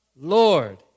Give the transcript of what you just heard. Lord